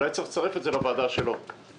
אולי צריך לצרף את זה לוועדה בראשות מיקי לוי,